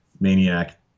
Maniac